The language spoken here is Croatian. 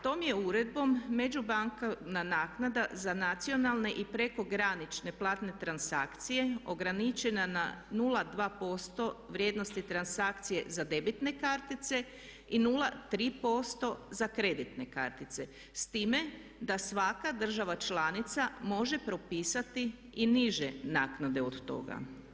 Tom je uredbom među bankovna naknada za nacionalne i preko granične platne transakcije ograničena na 0,2% vrijednosti transakcije za debitne kartice i 0,3% za kreditne kartice s time da svaka država članica može propisati i niže naknade od toga.